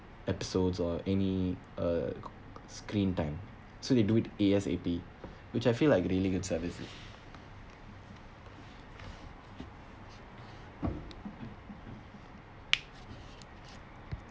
episodes or any uh screen time so they do it A_S_A_P which I feel like really good service